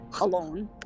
alone